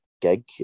gig